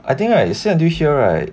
I think right say until here right